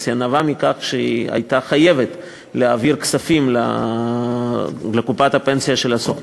הפנסיה כי היא הייתה חייבת להעביר כספים לקופת הפנסיה שלה,